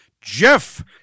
Jeff